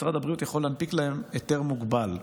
משרד הבריאות יכול להנפיק להם היתר מוגבל.